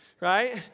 right